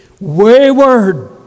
wayward